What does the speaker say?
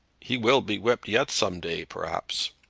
he will be whipped yet some day perhaps.